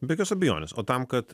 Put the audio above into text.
be jokios abejonės o tam kad